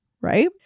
right